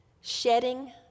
shedding